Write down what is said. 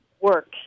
work